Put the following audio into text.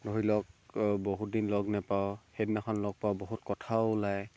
ধৰি লওক বহুত দিন লগ নেপাওঁ সেইদিনাখন লগ পাওঁ বহুত কথাও ওলায়